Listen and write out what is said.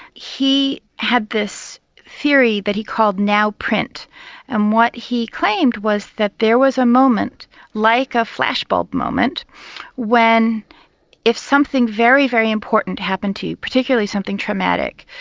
he had this theory that he called now print and what he claimed was that there was a moment like a flashbulb moment when if something very, very important happened to you, particularly something traumatic,